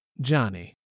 Johnny